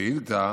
בשאילתה,